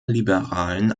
liberalen